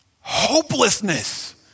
Hopelessness